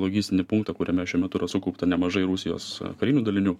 logistinį punktą kuriame šiuo metu yra sukaupta nemažai rusijos karinių dalinių